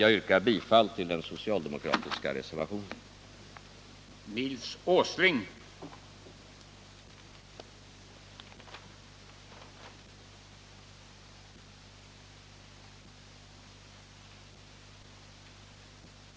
Jag yrkar bifall till den socialdemokratiska reservationen vid finansutskottets betänkande nr 10.